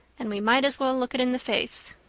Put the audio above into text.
and we might as well look it in the face.